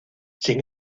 sin